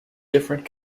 different